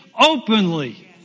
Openly